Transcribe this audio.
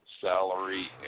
Salary